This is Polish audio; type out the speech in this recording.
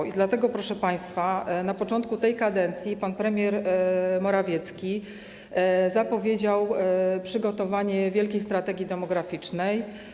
I dlatego, proszę państwa, na początku tej kadencji pan premier Morawiecki zapowiedział przygotowanie wielkiej strategii demograficznej.